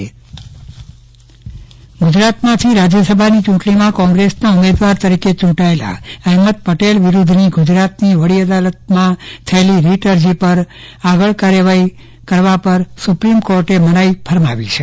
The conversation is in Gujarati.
ચંદ્રવદન પટ્ટણી સુપ્રીમ કોર્ટની રાહત ગુજરાતમાંથી રાજ્યસભાની ચૂંટણીમાં કોંગ્રેસના ઉમેદવાર તરીકે ચૂંટાયેલા અહેમદ પટેલ વિરૂધ્ધની ગુજરાતની વડી અદાલતમાં થયેલી રીટ અરજી પર આગળ કાર્યવાહી કરવા પર સુપ્રીમ કોર્ટે મનાઈ ફરમાવી છે